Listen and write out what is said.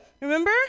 remember